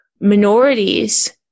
minorities